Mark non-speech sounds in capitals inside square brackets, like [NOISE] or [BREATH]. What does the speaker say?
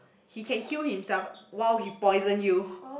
he can heal himself while he poison you [BREATH]